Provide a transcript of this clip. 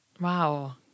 Wow